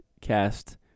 cast